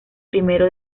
primero